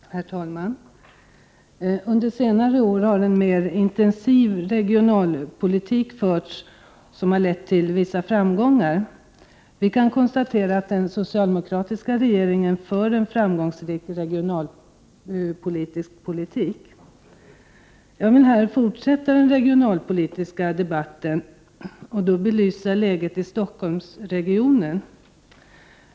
Herr talman! Under senare år har en mer intensiv regionalpolitik förts, vilket lett till vissa framgångar. Vi kan konstatera att den socialdemokratiska regeringen för en framgångsrik regionalpolitik. Jag vill här fortsätta den regionalpolitiska debatten och särskilt belysa läget i Stockholmsregionen.